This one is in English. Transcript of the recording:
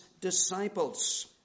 disciples